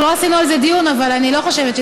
אני אומר: תציעי לה לדחות את ההצבעה על החוק הזה,